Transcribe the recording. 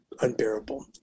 unbearable